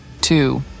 two